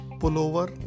pullover